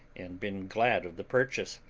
and been glad of the purchase,